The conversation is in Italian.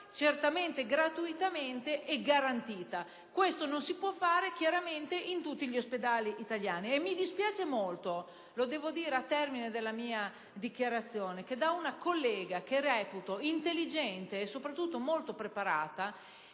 a titolo gratuito e garantita. Ciò non si può fare, chiaramente, in tutti gli ospedali italiani. Mi dispiace molto - lo devo dire al termine della mia dichiarazione di voto - che una collega che reputo intelligente e soprattutto molto preparata,